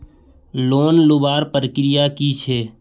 Loan लुबार प्रक्रिया की की छे?